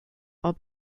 are